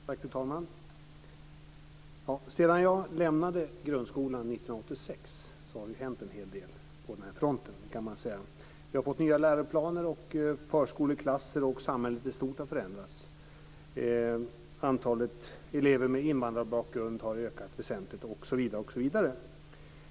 Fru talman! Sedan jag lämnade grundskolan 1986 har det, kan man säga, hänt en hel del på den fronten. Vi har fått nya läroplaner och förskoleklasser. Samhället i stort har förändrats. Antalet elever med invandrarbakgrund har ökat väsentligt osv.